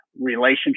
relationship